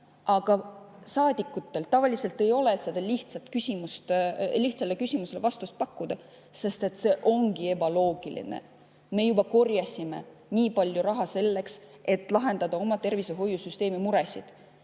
aga saadikutel tavaliselt ei ole sellele lihtsale küsimusele vastust pakkuda, sest see ongi ebaloogiline. Me oleme juba korjanud nii palju raha selleks, et lahendada oma tervishoiusüsteemi muresid.